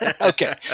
Okay